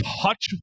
touch